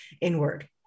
inward